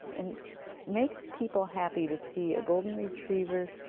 it makes people happy, to see a golden retriever.